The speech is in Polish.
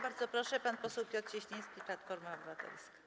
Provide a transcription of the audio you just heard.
Bardzo proszę, pan poseł Piotr Cieśliński, Platforma Obywatelska.